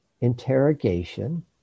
interrogation